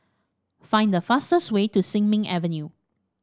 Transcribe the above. find the fastest way to Sin Ming Avenue